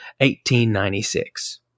1896